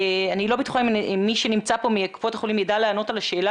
אני לא בטוחה אם מי שנמצא פה מקופות החולים יידע לענות על השאלה